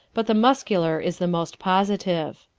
but the muscular is the most positive.